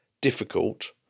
difficult